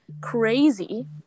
crazy